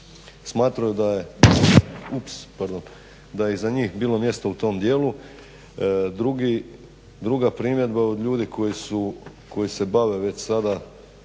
smatraju da je za njih bilo mjesta u tom dijelu. Druga primjedba od ljudi koje se bave već sada,